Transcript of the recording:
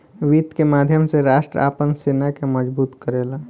वित्त के माध्यम से राष्ट्र आपन सेना के मजबूत करेला